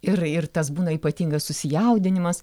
ir ir tas būna ypatingas susijaudinimas